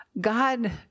God